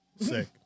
Sick